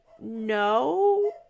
No